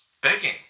begging